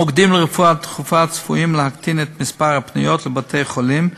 המוקדים לרפואה דחופה צפויים להקטין את מספר הפניות לבתי-חולים,